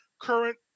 current